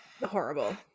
horrible